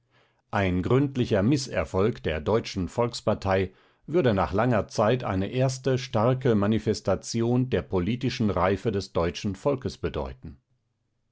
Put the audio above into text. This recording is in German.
ein gründlicher mißerfolg der deutschen volkspartei würde nach langer zeit eine erste starke manifestation der politischen reife des deutschen volkes bedeuten